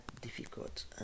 difficult